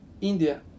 India